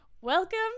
Welcome